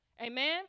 Amen